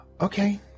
Okay